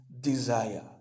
desire